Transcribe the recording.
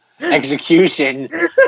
execution